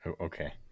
Okay